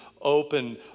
open